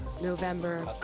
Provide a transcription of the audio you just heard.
november